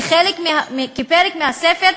כפרק מהספר,